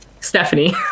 Stephanie